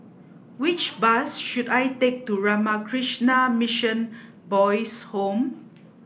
which bus should I take to Ramakrishna Mission Boys' Home